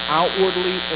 outwardly